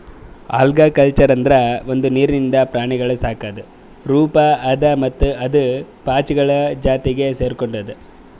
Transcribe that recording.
algaculture ಅಂದುರ್ ಒಂದು ನೀರಿಂದ ಪ್ರಾಣಿಗೊಳ್ ಸಾಕದ್ ರೂಪ ಅದಾ ಮತ್ತ ಅದು ಪಾಚಿಗೊಳ್ ಜಾತಿಗ್ ಸೆರ್ಕೊಂಡುದ್